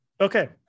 Okay